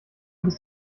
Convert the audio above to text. bis